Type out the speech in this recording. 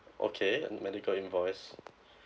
okay and medical invoice